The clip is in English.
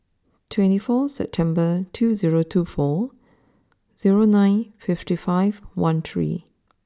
twenty four September two zero two four zero nine fifty five one three